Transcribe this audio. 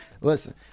Listen